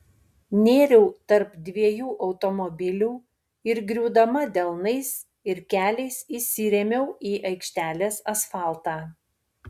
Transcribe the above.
nėriau tarp dviejų automobilių ir griūdama delnais ir keliais įsirėmiau į aikštelės asfaltą